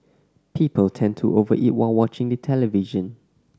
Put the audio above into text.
people tend to over eat while watching the television